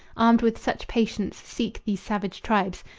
armed with such patience, seek these savage tribes.